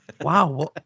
Wow